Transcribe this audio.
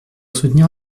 soutenir